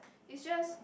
it's just